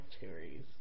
cherries